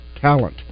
talent